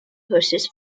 versus